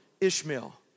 ishmael